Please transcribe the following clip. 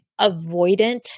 avoidant